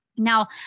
Now